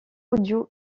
audio